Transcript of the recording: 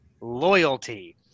loyalty